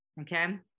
okay